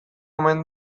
omen